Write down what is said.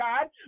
God